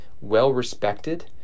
Well-respected